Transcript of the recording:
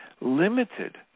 limited